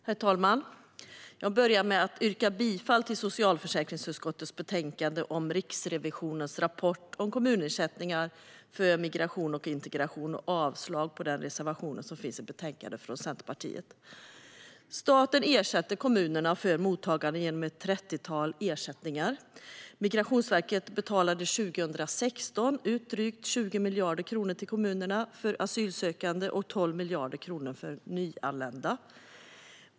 Herr talman! Jag börjar med att yrka bifall till socialförsäkringsutskottets förslag i betänkandet om Riksrevisionens rapport om kommunersättningar för migration och integration och yrkar avslag på reservationen från Centerpartiet. Staten ersätter kommunerna för mottagandet genom ett trettiotal ersättningar. Migrationsverket betalade 2016 ut drygt 20 miljarder kronor till kommunerna för asylsökande och 12 miljarder kronor för nyanlända.